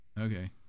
Okay